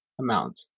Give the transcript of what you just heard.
amount